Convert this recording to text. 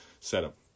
setup